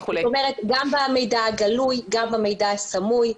גם במידע הגלוי, גם במידע הסמוי.